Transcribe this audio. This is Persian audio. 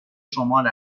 شمال